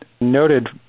noted